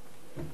אדוני היושב-ראש,